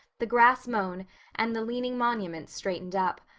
the grass mown and the leaning monuments straightened up.